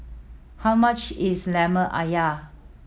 how much is Lemper Ayam